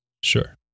Sure